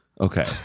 Okay